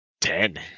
ten